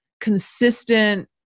consistent